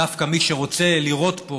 דווקא מי שרוצה לראות פה